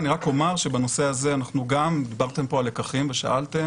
אני רק אומר שבנושא הזה דיברתם פה על לקחים ושאלתם